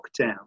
lockdown